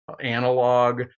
analog